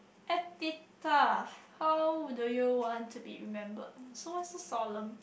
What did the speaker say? how do you want to be remembered uh so why so solemn